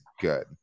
good